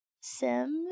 Sims